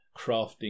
crafting